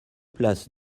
place